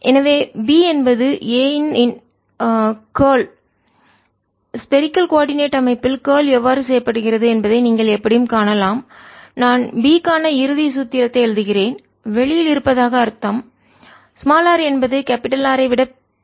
எனவே B என்பது A இன் கார்ல் ஸ்பரிக்கல்கோளம் கோஆர்டினேட்ஒருங்கிணைப்பு அமைப்பில் கார்ல் எவ்வாறு செய்யப்படுகிறது என்பதை நீங்கள் எப்படியும் காணலாம் நான் B க்கான இறுதி சூத்திரத்தை எழுதுகிறேன் வெளியில் இருப்பதாக அர்த்தம் r என்பது R ஐ விட பெரியது